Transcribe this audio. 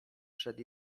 przed